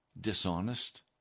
dishonest